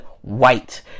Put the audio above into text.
white